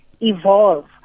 evolve